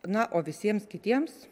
na o visiems kitiems